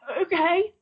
okay